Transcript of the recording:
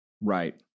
Right